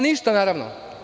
Ništa, naravno.